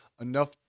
enough